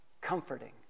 Comforting